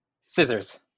Scissors